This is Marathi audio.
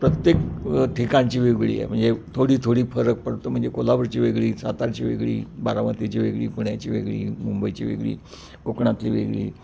प्रत्येक ठिकाणची वेगवेगळी आहे म्हणजे थोडी थोडी फरक पडतो म्हणजे कोल्हापूरची वेगळी सातारची वेगळी बारामतीची वेगळी पुण्याची वेगळी मुंबईची वेगळी कोकणातली वेगळी